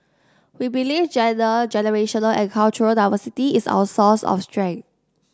we believe gender generational and cultural diversity is our source of strength